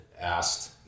asked